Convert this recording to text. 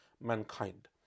mankind